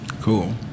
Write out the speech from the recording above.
Cool